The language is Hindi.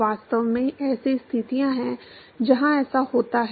वास्तव में ऐसी स्थितियां हैं जहां ऐसा होता है